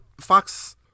Fox